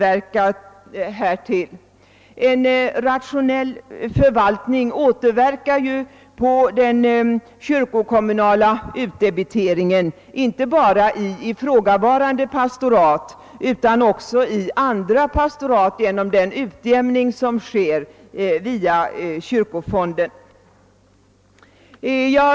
En rationell förvaltning återverkar på den kyrkokommunala utdebiteringen inte bara i ifrågavarande pastorat utan genom den utjämning som sker via kyrkofonden också i andra pastorat.